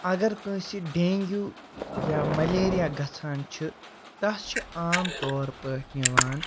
اگر کٲنٛسہِ ڈینٛگیوٗ یا مَلیریا گژھان چھِ تَس چھِ عام طور پٲٹھۍ نِوان